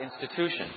institution